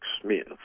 Smith